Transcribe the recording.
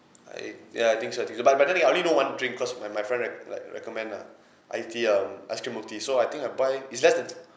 I yeah I think so I think so but but then I only know one drink cause my my friend rec~ like recommend lah itea um ice-cream milk tea so I think I buy is less than